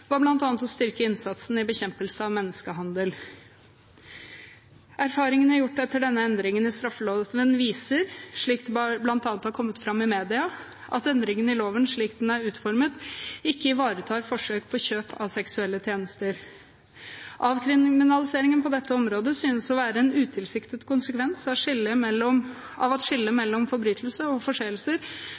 var bl.a. å styrke innsatsen for å bekjempe menneskehandel. Erfaringene gjort etter denne endringen i straffeloven viser, slik det bl.a. er kommet fram i media, at endringene i loven slik den er utformet, ikke ivaretar forsøk på kjøp av seksuelle tjenester. Avkriminaliseringen på dette området synes å være en utilsiktet konsekvens av at skillet mellom forbrytelser og forseelser ble forlatt ved innføring av